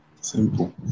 Simple